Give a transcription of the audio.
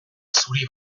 zuri